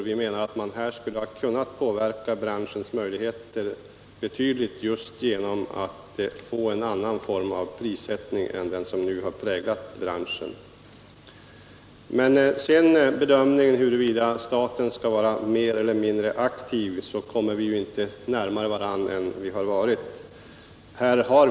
Vi menar att man skulle ha kunnat påverka branschens möjligheter betydligt just genom en annan form av prissättning än den som nu har präglat branschen. Vad så angår bedömningen huruvida staten skall vara mer eller mindre aktiv kommer vi inte närmare varann än vi har varit.